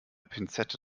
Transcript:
pinzette